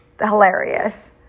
hilarious